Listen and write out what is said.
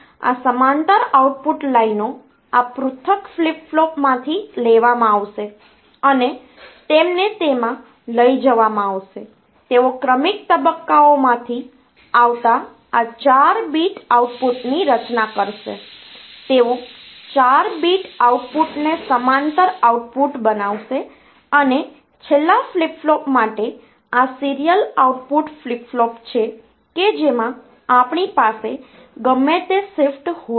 તેથી આ સમાંતર આઉટપુટ લાઈનો આ પૃથક ફ્લિપ ફ્લોપ્સમાંથી લેવામાં આવશે અને તેમને તેમાં લઈ જવામાં આવશે તેઓ ક્રમિક તબક્કાઓમાંથી આવતા આ 4 બીટ આઉટપુટની રચના કરશે તેઓ 4 બીટ આઉટપુટને સમાંતર આઉટપુટ બનાવશે અને છેલ્લા ફ્લિપ ફ્લોપ માટે આ સીરીયલ આઉટપુટ ફ્લિપ ફ્લોપ છે કે જેમાં આપણી પાસે ગમે તે શિફ્ટ હોય છે